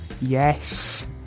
Yes